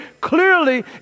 clearly